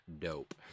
dope